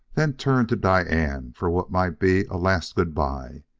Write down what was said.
then turned to diane for what might be a last good-by.